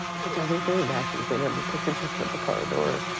because he threw a vacuum cleaner. because he picked up a car door.